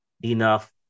enough